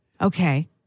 Okay